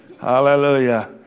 Hallelujah